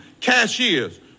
cashiers